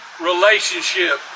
relationship